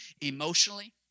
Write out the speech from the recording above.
emotionally